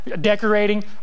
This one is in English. decorating